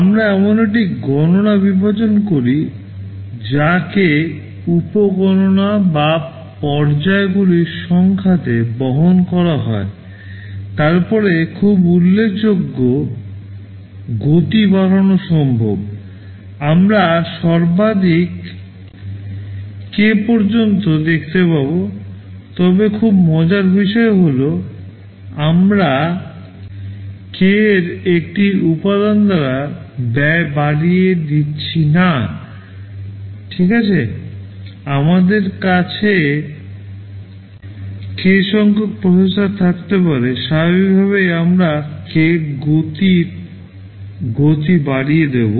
আমরা এমন একটি গণনা বিভাজন করি যা উপ গুণনা থাকতে পারে স্বাভাবিকভাবেই আমরা k গতির গতি বাড়িয়ে দেব